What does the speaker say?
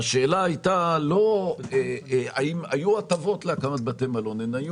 היו הטבות להקמת בתי מלון והן היו